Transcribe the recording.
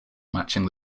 matching